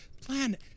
plan